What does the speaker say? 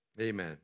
Amen